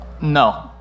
No